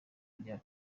rya